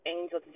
Angel